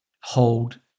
hold